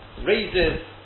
raises